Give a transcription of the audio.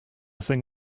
thing